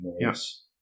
Yes